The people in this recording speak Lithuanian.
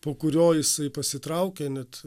po kurio jisai pasitraukė net